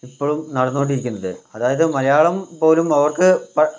ഇപ്പോഴും നടന്നുകൊണ്ടിരിക്കുന്നത് അതായത് മലയാളം പോലും അവര്ക്ക്